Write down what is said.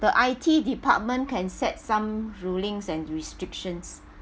the I_T department can set some rulings and restrictions